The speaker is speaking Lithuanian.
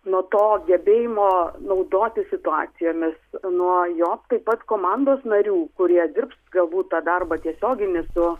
nuo to gebėjimo naudotis situacijomis nuo jo taip pat komandos narių kurie dirbs galbūt tą darbą tiesioginį su